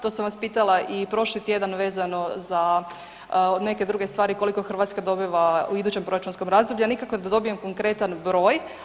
To sam vas pitala i prošli tjedan vezano za neke druge stvari koliko Hrvatska dobiva u idućem proračunskom razdoblju, a nikako da dobijem konkretan broj.